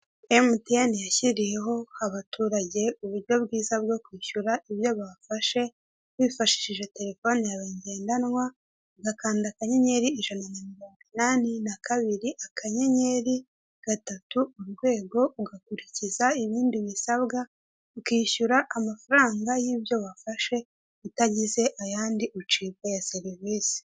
Mtn yashyiriyeho abaturage uburyo bwiza bwo kwishyura ibyo bafashe, wifashishije telefone yawe ngendanwa, ugakanda ukishyura amafaranga y'ibyo wafashe utagize ayandi ucibwa ya serivise.